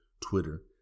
Twitter